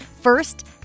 First